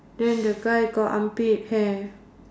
then the guy got armpit hair